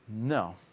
No